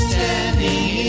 Standing